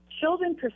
Children